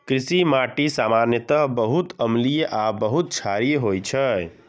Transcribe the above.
कृषि माटि सामान्यतः बहुत अम्लीय आ बहुत क्षारीय होइ छै